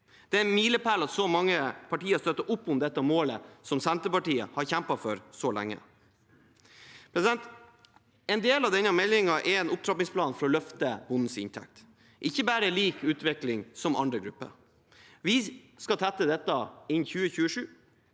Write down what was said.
Det er en milepæl at så mange partier støtter opp om det målet som Senterpartiet har kjempet for så lenge. En del av denne meldingen er en opptrappingsplan for å løfte bondens inntekt – ikke bare lik utvikling som andre grupper. Vi skal tette dette innen 2027.